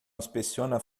inspeciona